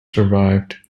survived